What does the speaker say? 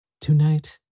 Tonight